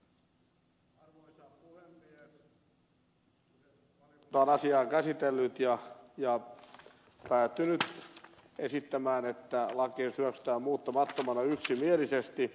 kyseinen valiokunta on asiaa käsitellyt ja päätynyt esittämään että lakiesitys hyväksytään muuttamattomana yksimielisesti